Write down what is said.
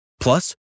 Plus